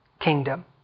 kingdom